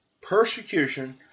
persecution